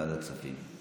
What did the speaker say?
לוועדת כספים.